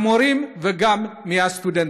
מהמורים וגם מהסטודנטים.